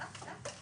המהות של הדברים